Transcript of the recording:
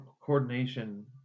coordination